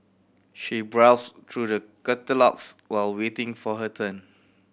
she browsed through the catalogues while waiting for her turn